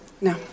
No